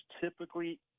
typically